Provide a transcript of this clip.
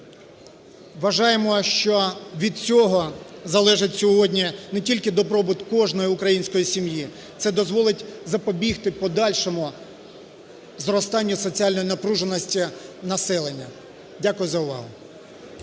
Вважаємо, що від цього залежить сьогодні не тільки добробут кожної української сім'ї, це дозволить запобігти подальшому зростанню соціальної напруженості населення. Дякую за увагу.